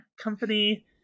company